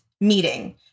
meeting